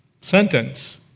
sentence